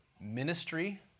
ministry